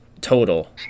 total